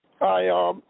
Hi